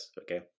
okay